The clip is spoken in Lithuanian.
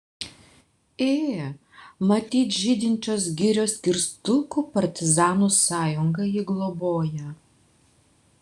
ė matyt žydinčios girios kirstukų partizanų sąjunga jį globoja